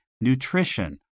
nutrition